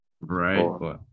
Right